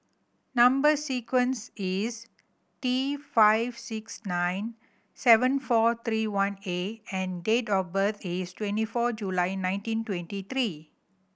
number sequence is T five six nine seven four three one A and date of birth is twenty four July nineteen twenty three